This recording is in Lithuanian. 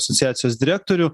asociacijos direktorių